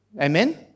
Amen